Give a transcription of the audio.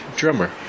drummer